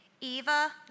Eva